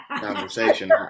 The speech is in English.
conversation